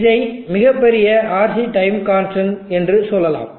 இதை மிகப் பெரிய RC டைம் கான்ஸ்டன் என்று சொல்லலாம்